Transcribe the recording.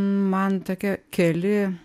man tokie keli